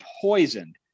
poisoned